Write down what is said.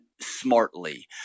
smartly